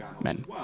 men